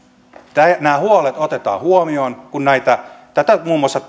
nämä huolet otetaan huomioon kun muun muassa